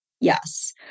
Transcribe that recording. yes